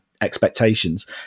expectations